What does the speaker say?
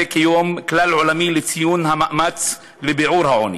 כיום כלל עולמי לציון המאמץ לביעור העוני.